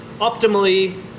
Optimally